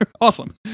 Awesome